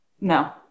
No